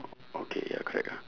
oh okay ya correct ah